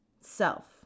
self